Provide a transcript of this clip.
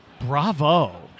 Bravo